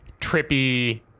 trippy